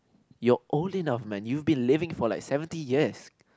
you're old enough man you have been living for like seventy years